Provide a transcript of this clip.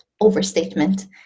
overstatement